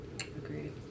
Agreed